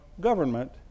government